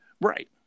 Right